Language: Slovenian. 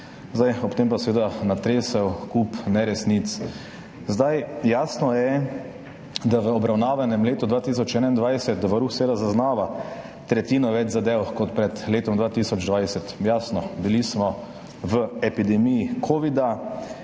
polu, ob tem pa seveda natresel kup neresnic. Jasno je, da v obravnavanem letu 2021 Varuh zaznava tretjino več zadev kot pred letom 2020. Jasno, bili smo v epidemiji covida.